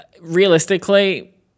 realistically